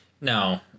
No